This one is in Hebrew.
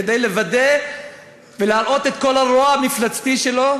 כדי לוודא ולהראות את כל הרוע המפלצתי שלו,